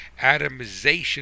atomization